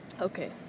Okay